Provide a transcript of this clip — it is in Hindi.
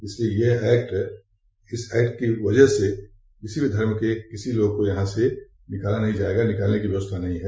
इसलिए यह एक्ट है इस एक्ट की वजह से किसी भी धर्म के किसी लोग को यहा से निकाला नहीं जायेगा निकालने की व्यवस्था नहीं है